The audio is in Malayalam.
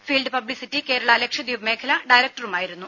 ഫീൽഡ് പബ്ലിസിറ്റി കേരളാ ലക്ഷദ്വീപ് മേഖലാ ഡയറക്ടറുമായിരുന്നു